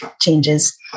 changes